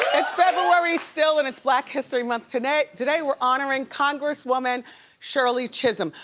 it's february still and it's black history month. today today we're honoring congresswoman shirley chisholm.